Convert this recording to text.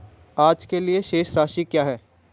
आज के लिए शेष राशि क्या है?